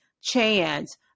chance